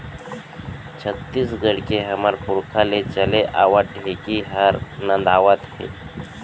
छत्तीसगढ़ के हमर पुरखा ले चले आवत ढेंकी हर नंदावत हे